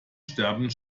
sterben